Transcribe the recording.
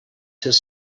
his